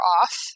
off